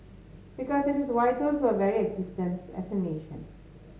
because it is vital to our very existence as a nation